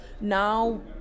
now